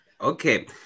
Okay